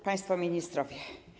Państwo Ministrowie!